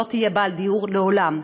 לא תהיה בעל דיור לעולם.